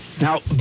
Now